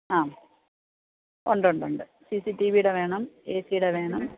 ആ ഉണ്ട് ഉണ്ട് ഉണ്ട് സി സി ടിവിയുടെ വേണം എസിയുടെ വേണം